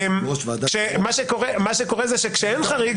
מה שקורה כאשר אין חריג,